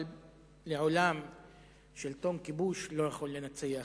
אבל לעולם שלטון כיבוש לא יכול לנצח עם.